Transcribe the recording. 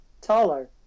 taller